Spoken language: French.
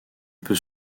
peut